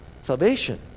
Salvation